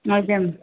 Majma